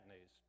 news